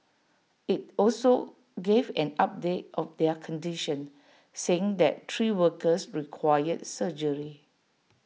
IT also gave an update of their condition saying that three workers required surgery